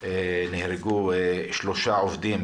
נהרגו שלושה עובדים